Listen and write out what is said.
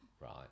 right